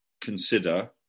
consider